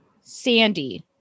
Sandy